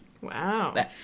wow